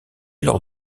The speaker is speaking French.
lors